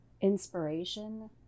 inspiration